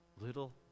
little